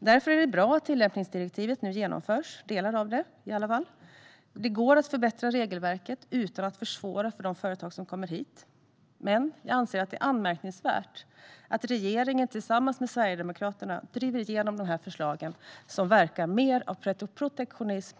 Därför är det bra att delar av tillämpningsdirektivet nu genomförs. Det går att förbättra regelverket utan att försvåra för de företag som kommer hit. Men jag anser att det är anmärkningsvärt att regeringen tillsammans med Sverigedemokraterna driver igenom de här förslagen, som verkar drivas mer av protektionism